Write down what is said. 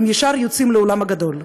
הם יוצאים לעולם הגדול.